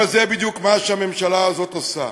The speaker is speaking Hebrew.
אבל זה בדיוק מה שהממשלה הזאת עושה.